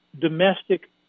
domestic